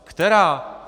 Která?